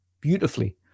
beautifully